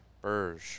Burge